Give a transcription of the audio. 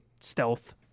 stealth